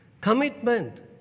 commitment